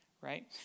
right